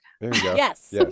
Yes